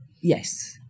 yes